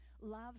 love